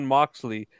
Moxley